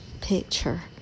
picture